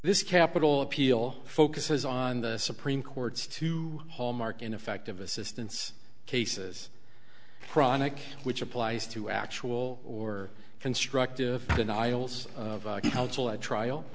this capital appeal focuses on the supreme court's two hallmark ineffective assistance cases chronic which applies to actual or constructive denials of counsel at trial